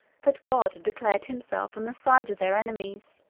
that god had declared himself on the side of their enemies.